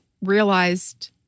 realized